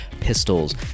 pistols